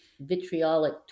vitriolic